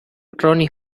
ronnie